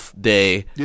day